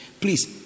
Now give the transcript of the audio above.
please